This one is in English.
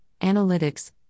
analytics